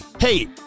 Hey